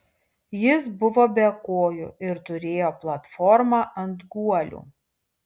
jis buvo be kojų ir turėjo platformą ant guolių